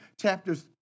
chapters